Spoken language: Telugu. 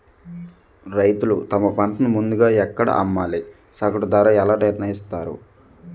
రైతులు తమ పంటను ముందుగా ఎక్కడ అమ్మాలి? సగటు ధర ఎలా నిర్ణయిస్తారు?